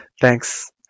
thanks